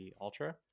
Ultra